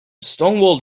stonewall